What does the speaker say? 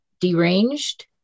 deranged